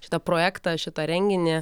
šitą projektą šitą renginį